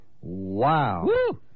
Wow